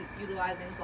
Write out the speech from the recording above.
utilizing